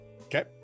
Okay